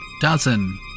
dozen